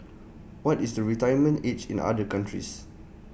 what is the retirement age in other countries